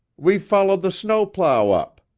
we followed the snowplow up,